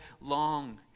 long